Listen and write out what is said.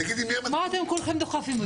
ותגידי מי -- מה אתם כולכם דוחפים אותי לשם.